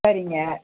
சரிங்க